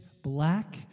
black